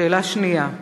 שאלה שנייה: